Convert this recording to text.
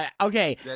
Okay